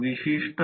म्हणून I1 I0 I2